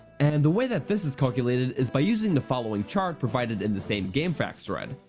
and the way that this is calculated is by using the following chart provided in the same gamefax thread,